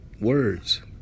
words